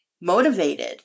motivated